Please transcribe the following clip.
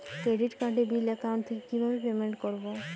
Credit কার্ডের bill account থেকে কিভাবে পেমেন্ট করবো?